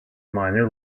minor